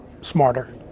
smarter